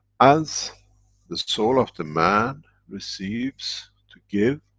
as the soul of the man receives to give,